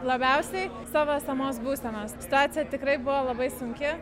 labiausiai savo esamos būsenos situacija tikrai buvo labai sunki